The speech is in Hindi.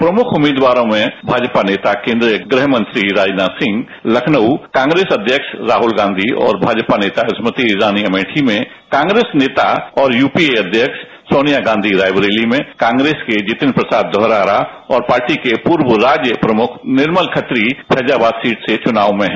प्रमुख उम्मीदवारों में भाजपा नेता कोंद्रीय गृहमंत्री राजनाथ सिंह लखनऊ कांग्रेस अध्यंक्ष राहल गांधी और भाजपा नेता स्मृति ईरानी अमेठी में कांग्रेस नेता और यूपीए अध्यक्ष सोनिया गांधी रायबरेली में कांग्रेस के र्जातन प्रसाद धौरहरा और पार्टी के पूर्व राज्य प्रमुख निर्मल खत्री फैजाबाद सीट से चुनाव में है